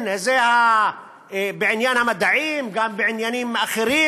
זה בעניין המדעים, וגם בעניינים אחרים